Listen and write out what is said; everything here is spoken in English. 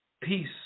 Peace